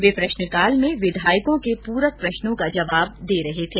वे प्रश्नकाल में विधायकों के प्रक प्रश्नों का जवाब दे रहे थे